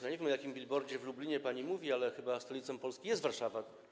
Nie wiem, o jakim billboardzie w Lublinie pani mówi, ale chyba stolicą Polski jest Warszawa.